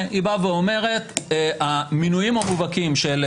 אני חושב שהדרך הנכונה לייצר ייצוג היא כשיש לך אצבעות מסביב